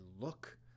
look